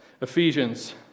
Ephesians